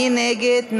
מי נגד?